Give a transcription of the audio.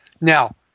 Now